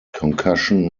concussion